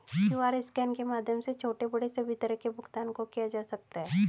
QR scan के माध्यम से छोटे बड़े सभी तरह के भुगतान को किया जा सकता है